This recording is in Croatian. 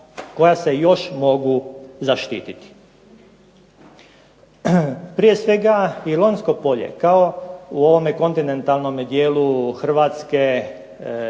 koja se još mogu zaštiti. Prije svega i Lonjsko polje kao u ovome kontinentalnom dijelu Hrvatske,